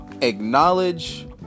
Acknowledge